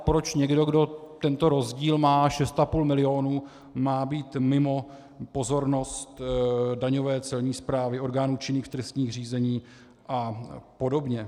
Proč někdo, kdo tento rozdíl má, 6,5 milionu, má být mimo pozornost daňové celní správy, orgánů činných v trestním řízení a podobně?